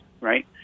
right